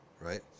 right